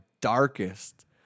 darkest